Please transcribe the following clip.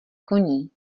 koní